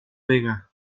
vega